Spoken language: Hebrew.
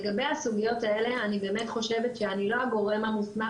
לגבי הסוגיות האלה אני באמת חושבת שאני לא הגורם המוסמך